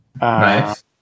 Nice